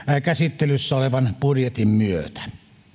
käsittelyssä olevan budjetin myötä